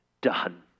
done